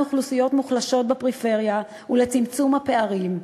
אוכלוסיות מוחלשות בפריפריה ולצמצום הפערים.